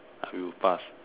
I will pass